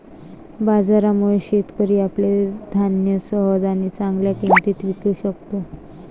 बाजारामुळे, शेतकरी आपले धान्य सहज आणि चांगल्या किंमतीत विकू शकतो